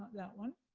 that one.